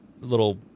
little